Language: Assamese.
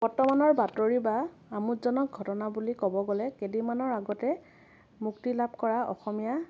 বৰ্তমানৰ বাতৰি বা আমোদজনক ঘটনা বুলি ক'ব গ'লে কেইদিনমানৰ আগতে মুক্তিলাভ কৰা অসমীয়া